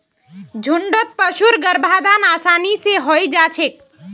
झुण्डत पशुर गर्भाधान आसानी स हई जा छेक